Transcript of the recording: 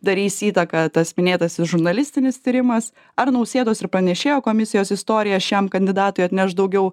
darys įtaką tas minėtasis žurnalistinis tyrimas ar nausėdos ir panėšėjo komisijos istorija šiam kandidatui atneš daugiau